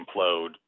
implode